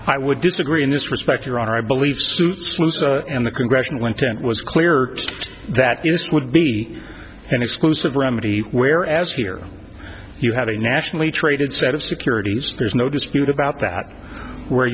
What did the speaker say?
fine i would disagree in this respect your honor i believe suit in the congressional intent was clear that is would be an exclusive remedy where as here you have a nationally traded set of securities there's no dispute about that where